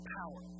power